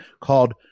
called